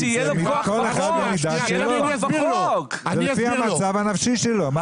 כל אחד במידה שלו ולפי המצב הנפשי שלו.